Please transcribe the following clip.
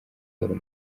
ball